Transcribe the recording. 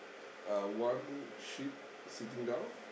uh one sheep sitting down